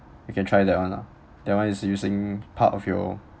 you can try that [one] lah that one is using part of your